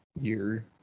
year